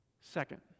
Second